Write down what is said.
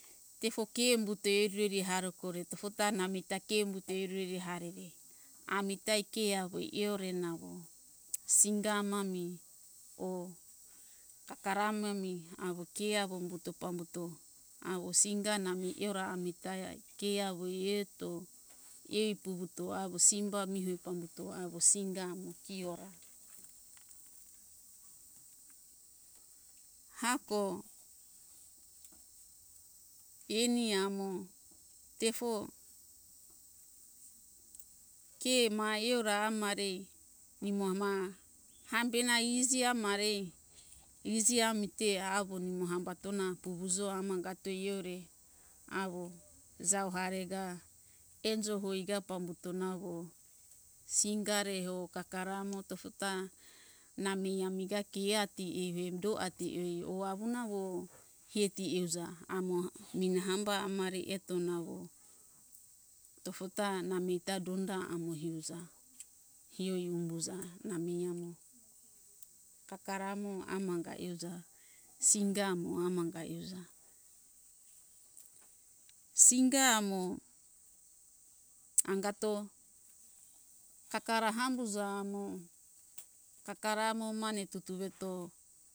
Tefo ke umbute ereri hare kore tofo ta namita ke umbute ereri harere amita ke awo iore nango singa amami or kakara amami awo ke awo umbuto pambuto awo singa nami eora amita ai ke awo ieto ai puvuto awo simba mi hoi pamuto awo singa amo kiora hako eni amo tefo ke ma eora ama rei nimo ama hambena iji ama rei iji amite awo nimo hambatona puvuzo hamangato hiore awo jau harega enjo hoi ga pambuto nawo singa reho kakara mo fofota na mei amiga kiati ive do ati or awuna wo heti euza amo mina hamba amare eto nawo tofota na mei ta donda amo hiuja hioi humbuza na mei amo kakara amo amanga euja singa amo amanga euja singa amo angato kakara hambuza amo kakara amo mane tutuveto